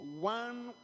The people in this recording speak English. one